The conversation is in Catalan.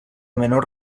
menor